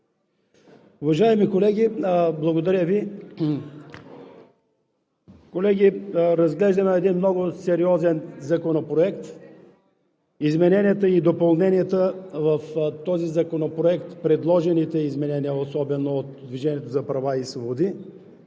Уважаеми колеги, благодаря Ви. Колеги, разглеждаме един много сериозен законопроект. Измененията и допълненията в този законопроект, особено предложените от „Движението за права и свободи“